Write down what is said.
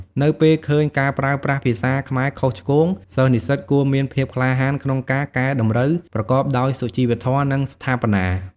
នៅពេលឃើញការប្រើប្រាស់ភាសាខ្មែរខុសឆ្គង សិស្សនិស្សិតគួរមានភាពក្លាហានក្នុងការកែតម្រូវប្រកបដោយសុជីវធម៌ និងស្ថាបនា។